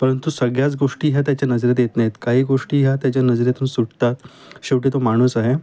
परंतु सगळ्याच गोष्टी ह्या त्याच्या नजरात येत नाईत काही गोष्टी ह्या त्याच्या नजरातून सुटतात शेवटी तो माणूस आहे